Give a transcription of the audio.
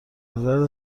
نظر